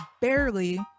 barely